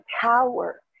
power